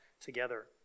together